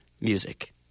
music